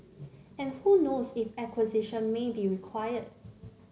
and who knows if acquisition may be required